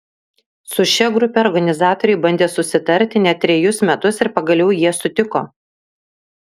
su šia grupe organizatoriai bandė susitarti net trejus metus ir pagaliau jie sutiko